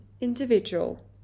individual